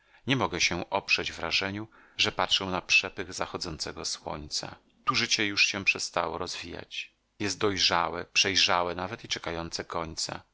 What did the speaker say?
nie mogę się oprzeć wrażeniu że patrzę na przepych zachodzącego słońca tu życie już się przestało rozwijać jest dojrzałe przejrzałe nawet i czekające końca